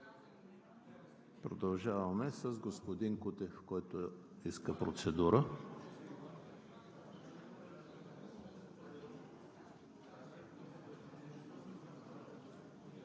Продължаваме с господин Кутев, който поиска процедура.